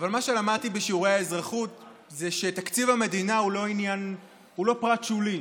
אבל מה שלמדתי בשיעורי האזרחות זה שתקציב המדינה הוא לא פרט שולי,